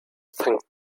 think